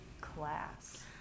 class